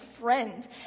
friend